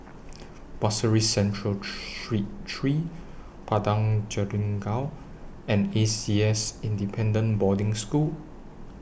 Pasir Ris Central Street three Padang Jeringau and A C S Independent Boarding School